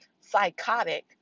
psychotic